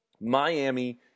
Miami